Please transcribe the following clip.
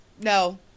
No